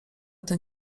ten